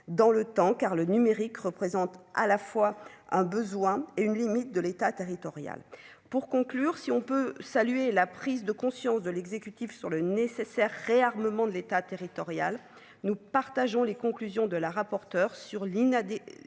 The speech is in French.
dans le temps car le numérique représente à la fois un besoin et une limite de l'État territorial pour conclure, si on peut saluer la prise de conscience de l'exécutif sur le nécessaire réarmement de l'État territorial, nous partageons les conclusions de la rapporteure sur l'INA